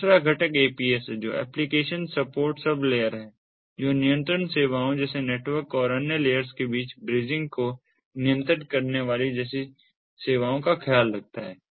दूसरा घटक APS है जो एप्लिकेशन सपोर्ट सब लेयर है जो नियंत्रण सेवाओं जैसे नेटवर्क और अन्य लेयर्स के बीच ब्रिजिंग को नियंत्रित करने जैसी सेवाओं का ख्याल रखता है